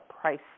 price